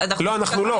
לא, אנחנו לא,